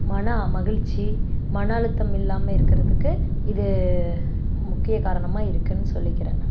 மன மகிழ்ச்சி மன அழுத்தமில்லாமல் இருக்கிறதுக்கு இது முக்கிய காரணமாக இருக்கும்னு சொல்லிக்கிறேன்